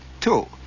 Two